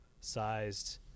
sized